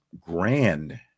grand